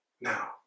Now